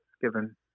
given